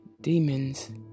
demons